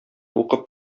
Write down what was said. укып